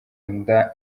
nda